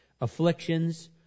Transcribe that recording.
Afflictions